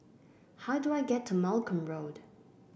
how do I get to Malcolm Road